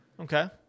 Okay